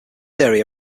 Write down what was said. area